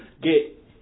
get